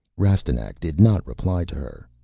rastignac did not reply to her.